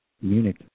Munich